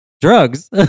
Drugs